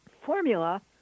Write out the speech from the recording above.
formula